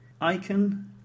icon